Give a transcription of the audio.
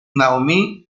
naomi